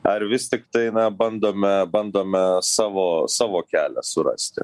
ar vis tiktai na bandome bandome savo savo kelią surasti